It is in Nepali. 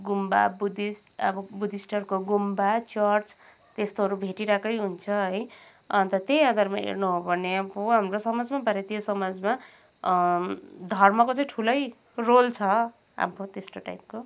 गुम्बा बुद्धिस्ट अब बुद्धिस्टहरूको गुम्बा चर्च त्यस्तोहरू भेटिरहेकै हुन्छ है अन्त त्यही आधारमा हेर्नु हो भने अब हाम्रो समाजमा भारतीय समाजमा धर्मको चाहिँ ठुलै रोल छ अब त्यस्तो टाइपको